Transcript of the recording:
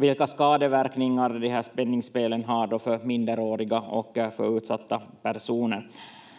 vilka skadeverkningar penningspelen har för minderåriga och för utsatta personer.